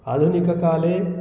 आधुनिककाले